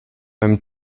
beim